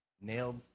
nailed